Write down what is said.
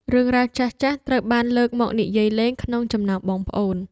រឿងរ៉ាវចាស់ៗត្រូវបានលើកមកនិយាយលេងក្នុងចំណោមបងប្អូន។